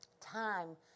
time